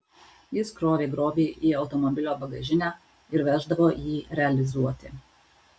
jis krovė grobį į automobilio bagažinę ir veždavo jį realizuoti